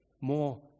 more